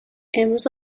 امروز